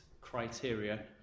criteria